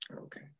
Okay